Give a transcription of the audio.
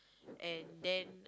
and then